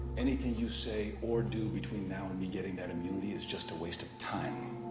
anything you say or do between now and me getting that immunity is just a waste of time.